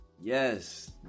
Yes